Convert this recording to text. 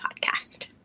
podcast